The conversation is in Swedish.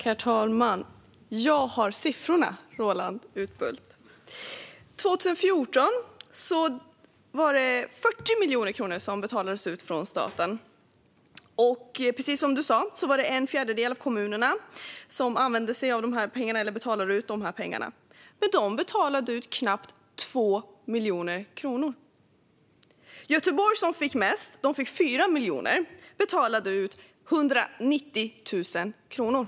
Herr talman! Jag har siffrorna, Roland Utbult. År 2014 var det 40 miljoner kronor som betalades ut från staten. Precis som Roland Utbult sa var det en fjärdedel av kommunerna som inte betalade ut de här pengarna. Men de kommuner som betalade ut pengar betalade ut knappt 2 miljoner kronor. Göteborg, som fick mest, fick 4 miljoner men betalade ut 190 000 kronor.